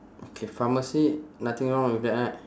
okay pharmacy nothing wrong with that right